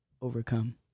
overcome